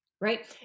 Right